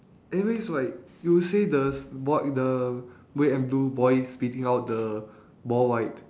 anyways like you say the s~ boy the red and blue boy spitting out the ball right